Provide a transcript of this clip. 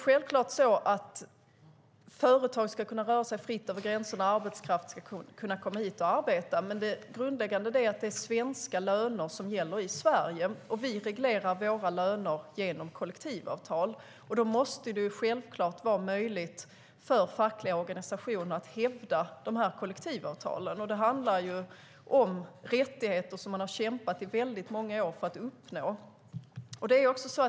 Självklart ska företag kunna röra sig fritt över gränserna och arbetskraft kunna komma hit och arbeta, men det grundläggande är att det är svenska löner som gäller i Sverige. Vi reglerar våra löner genom kollektivavtal. Då måste det självklart vara möjligt för fackliga organisationer att hävda de här kollektivavtalen. Det handlar om rättigheter som man har kämpat i många år för att uppnå.